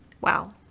Wow